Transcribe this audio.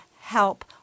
help